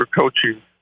coaching